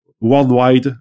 worldwide